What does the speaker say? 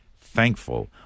Thankful